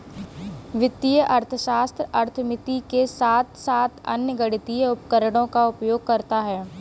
वित्तीय अर्थशास्त्र अर्थमिति के साथ साथ अन्य गणितीय उपकरणों का उपयोग करता है